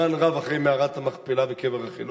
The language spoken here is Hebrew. זמן רב אחרי מערת המכפלה וקבר רחל.